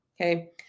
Okay